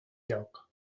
lloc